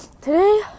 Today